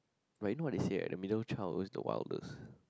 but you know what to say right the middle chaos to wildest